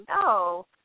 no